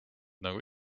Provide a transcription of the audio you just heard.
nagu